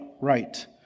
right